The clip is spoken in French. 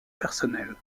personnelle